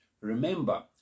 Remember